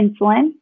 insulin